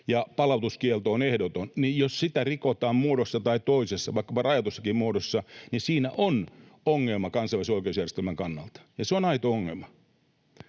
ja palautuskielto on ehdoton, niin jos sitä rikotaan muodossa tai toisessa, vaikkapa rajatussakin muodossa, niin siinä on ongelma kansainvälisen oikeusjärjestelmän kannalta, ja se on aito ongelma.